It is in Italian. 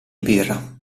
birra